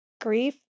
Grief